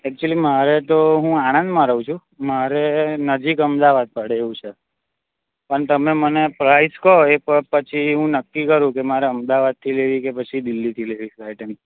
actually મારે તો હું આણંદમાં રહું છું મારે નજીક અમદાવાદ પડે એવું છે પણ તમે મને પ્રાઇસ કહો એ પ પછી હું નક્કી કરું કે મારે અમદાવાદથી લેવી કે પછી દિલ્લીથી લેવી ફ્લાઇટ એની